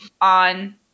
on